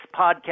podcast